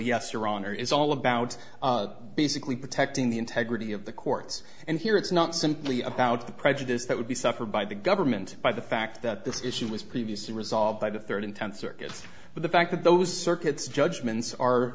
your honor is all about basically protecting the integrity of the courts and here it's not simply about the prejudice that would be suffered by the government by the fact that this issue was previously resolved by the third intense circuit but the fact that those circuits judgments are